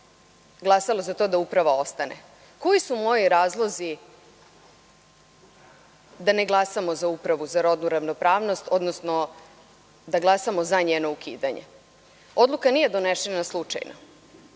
glasalo za to da Uprava ostane. Koji su moji razlozi da ne glasamo za Upravu za rodnu ravnopravnost, odnosno da glasamo za njeno ukidanje? Odluka nije donesena slučajno.